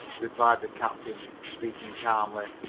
replied the captain, speaking calmly,